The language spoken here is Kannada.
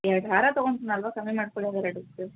ಎರಡು ಹಾರ ತಗೋತಿನಲ್ವಾ ಕಮ್ಮಿ ಮಾಡಿಕೊಳ್ಳಿ ಅವೆರಡು ಸೇರಿ